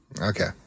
Okay